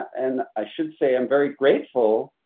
and i should say, i'm very grateful.